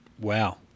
Wow